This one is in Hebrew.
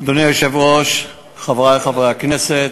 אדוני היושב-ראש, חברי חברי הכנסת,